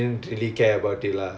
ya okay ya